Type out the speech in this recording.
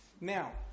Now